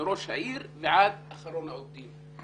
מראש העיר, ויורד לאחרון העובדים.